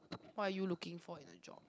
what are you looking for in a job